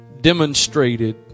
demonstrated